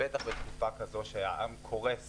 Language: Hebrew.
בטח בתקופה שהעם קורס